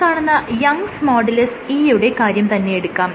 ഈ കാണുന്ന Young's modulus E യുടെ കാര്യം തന്നെ എടുക്കാം